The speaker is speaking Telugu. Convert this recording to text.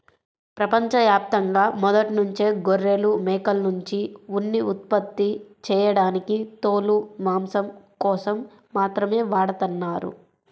ప్రపంచ యాప్తంగా మొదట్నుంచే గొర్రెలు, మేకల్నుంచి ఉన్ని ఉత్పత్తి చేయడానికి తోలు, మాంసం కోసం మాత్రమే వాడతన్నారు